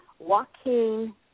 Joaquin